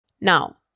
Now